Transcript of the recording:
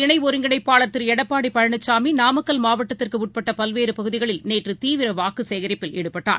இணைஒருங்கிணைப்பாளர் திருஎடப்பாடிபழனிசாமிநாமக்கல் அஇஅதிமுக மாவட்டத்திற்குஉட்பட்டபல்வேறுபகுதிகளில் நேற்றுதீவிரவாக்குச்சேகரிப்பில் ஈடுபட்டார்